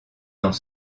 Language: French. dans